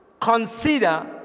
consider